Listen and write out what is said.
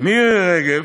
מירי רגב,